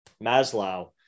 Maslow